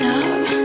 up